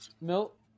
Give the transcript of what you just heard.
Milk